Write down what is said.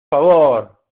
favor